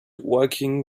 walking